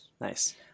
Nice